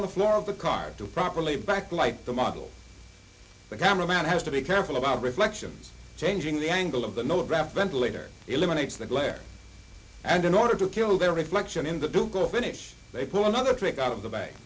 on the floor of the car to properly back like the model the camera man has to be careful about reflection changing the angle of the no wrap ventilator eliminates the glare and in order to kill the reflection in the duke go finish they pull another trick out of the bag